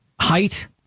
height